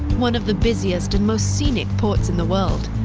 one of the busiest and most scenic ports in the world.